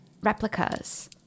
replicas